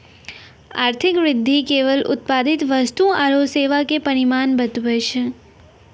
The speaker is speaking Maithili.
आर्थिक वृद्धि केवल उत्पादित वस्तु आरू सेवा के परिमाण बतबै छै